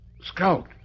Scout